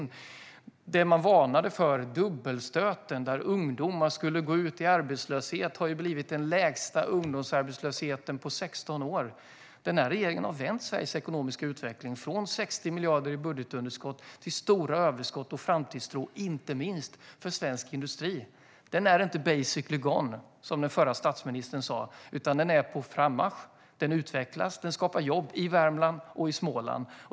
Den dubbelstöt man varnade för, där ungdomar skulle gå ut i arbetslöshet, uteblev och i stället har vi fått den lägsta ungdomsarbetslösheten på 16 år. Den här regeringen har vänt Sveriges ekonomiska utveckling från 60 miljarder i budgetunderskott till stora överskott och framtidstro, inte minst för svensk industri. Den är inte basically gone, som den förra statsministern sa, utan den är på frammarsch, utvecklas och skapar jobb i Värmland och i Småland.